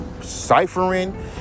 ciphering